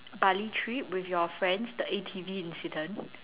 Bali trip with your friends the A_T_V incident